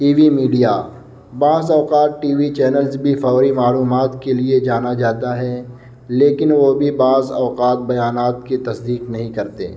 T V media بعض اوقات T V channels بھی فوری معلومات کے لیے جانا جاتا ہے لیکن وہ بھی بعض اوقات بیانات کی تصدیق نہیں کرتے